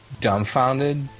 dumbfounded